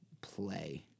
play